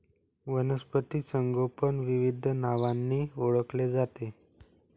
वनस्पती संगोपन विविध नावांनी ओळखले जाते